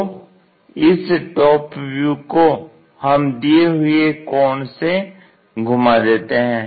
तो इस top view को हम दिए हुए कोण से घुमा देते हैं